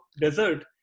desert